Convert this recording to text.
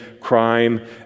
crime